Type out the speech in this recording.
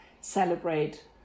celebrate